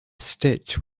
stitch